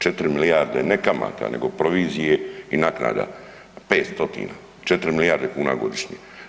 4 milijarde, ne kamate nego provizije i naknada, 5 stotina, 4 milijarde kuna godišnje.